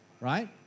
right